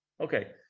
Okay